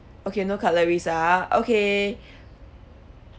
okay no cutleries ah okay